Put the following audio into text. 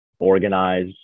organize